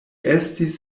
estis